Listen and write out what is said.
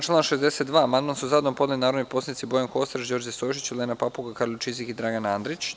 Na član 62. amandman su zajedno podneli narodni poslanici Bojan Kostreš, Đorđe Stojšić, Olena Papuga, Karolj Čizik i Dragan Andrić.